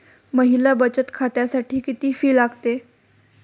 महिला बचत खात्यासाठी किती फी लागते?